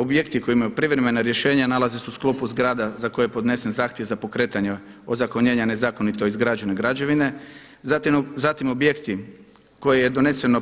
Objekti koji imaju privremena rješenja nalaze se u sklopu zgrada za koje je podnesen zahtjev za pokretanje ozakonjenja nezakonito izgrađene građevine, zatim objekti koje je doneseno